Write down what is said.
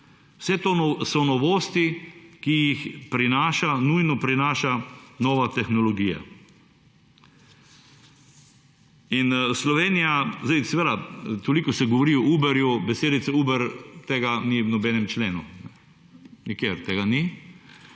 Vse to so novosti, ki jih prinaša, nujno prinaša nova tehnologija. In Slovenija, zdaj seveda toliko se govori o Uberju, besedica Uber tega ni v nobenem členu, nikjer tega ni.